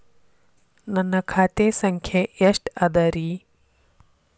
ನನ್ನ ಖಾತೆ ಸಂಖ್ಯೆ ಎಷ್ಟ ಅದರಿ?